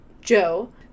Joe